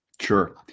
Sure